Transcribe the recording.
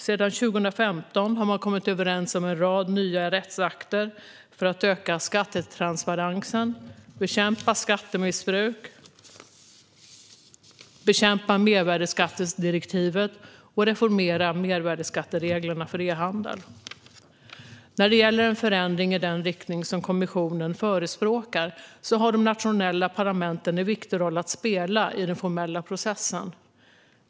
Sedan 2015 har man kommit överens om en rad nya rättsakter för att öka skattetransparensen, bekämpa skattemissbruk, bekämpa mervärdesskattebedrägeri och reformera mervärdesskattereglerna för e-handel. När det gäller en förändring i den riktning som kommissionen förespråkar har de nationella parlamenten en viktig roll att spela i den formella processen.